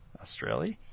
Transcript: Australia